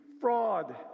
fraud